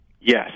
Yes